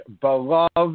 beloved